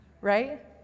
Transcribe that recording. right